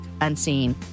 Unseen